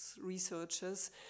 researchers